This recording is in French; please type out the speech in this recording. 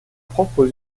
propres